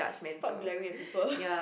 stop glaring at people